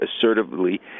assertively